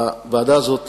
הוועדה הזאת